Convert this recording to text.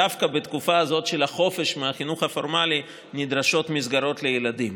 דווקא בתקופה הזאת של החופש מהחינוך הפורמלי נדרשות מסגרות לילדים.